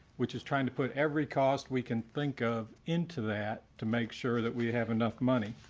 which is trying to put every cost we can think of into that to make sure that we have enough money.